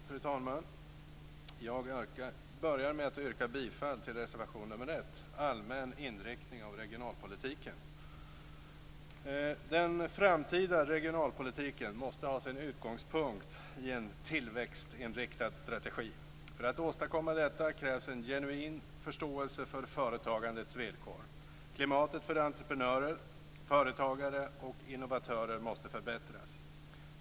Fru talman! Jag börjar med att yrka bifall till reservation nr 1, allmän inriktning av regionalpolitiken. Den framtida regionalpolitiken måste ha sin utgångspunkt i en tillväxtinriktad strategi. För att åstadkomma detta krävs en genuin förståelse för företagandets villkor. Klimatet för entreprenörer, företagare och innovatörer måste förbättras.